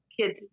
kids